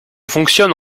fonctionne